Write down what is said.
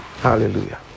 Hallelujah